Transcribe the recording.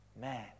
man